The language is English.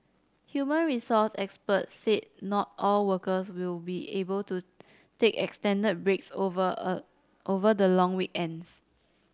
human resource experts said not all workers will be able to take extended breaks over over the long weekends